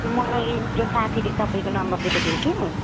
मलाई यो साथीले तपाईँको नम्बर दिएको थियो कि